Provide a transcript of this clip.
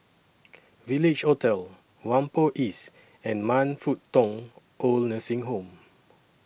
Village Hotel Whampoa East and Man Fut Tong Oid Nursing Home